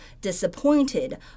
disappointed